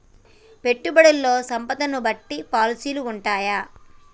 పెట్టుబడుల్లో సంపదను బట్టి పాలసీలు ఉంటయా?